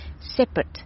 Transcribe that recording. separate